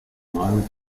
main